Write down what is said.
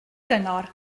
gyngor